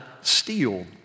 steal